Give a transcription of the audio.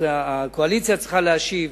הקואליציה צריכה להשיב,